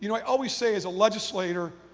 you know i always say as a legislator,